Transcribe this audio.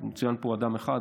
מצוין פה אדם אחד,